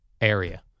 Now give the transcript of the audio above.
area